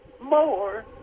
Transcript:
more